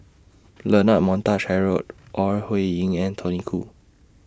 Leonard Montague Harrod Ore Huiying and Tony Khoo